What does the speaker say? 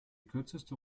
kürzeste